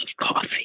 coffee